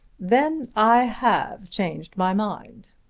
then i have changed my mind.